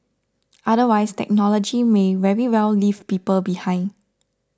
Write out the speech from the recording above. otherwise technology may very well leave people behind